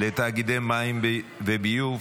לתאגידי מים וביוב